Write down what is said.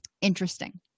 Interesting